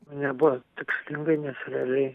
nebuvo tikslingai nes realiai